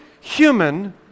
human